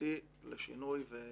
ואמיתי לשינוי ולמהפך.